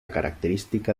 característica